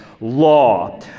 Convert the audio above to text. Law